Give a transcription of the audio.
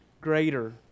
greater